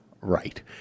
right